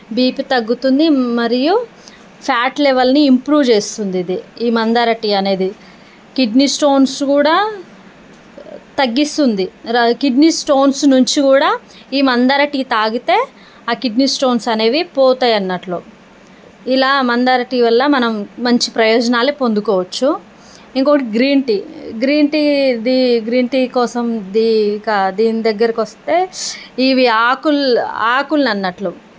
BP తగ్గుతుంది మరియు fat లెవెల్ని ఇంప్రూవ్ చేస్తుంది ఇది ఈ మందార టీ అనేది కిడ్నీ స్టోన్స్ కూడా తగ్గిస్తుంది కిడ్నీ స్టోన్స్ నుంచి కూడా ఈ మందారా టీ తాగితే ఆ కిడ్నీ స్టోన్స్ అనేవి పోతాయి అన్నట్లు ఇలా మందారా టీ వల్ల మనం మంచి ప్రయోజనాలు పొందుకోవచ్చు ఇంకొకటి గ్రీన్ టీ ఇది గ్రీన్ టీ కోసం ఇంకా దీని దగ్గరికి వస్తే ఇవి ఆకులు ఆకులు అన్నట్లు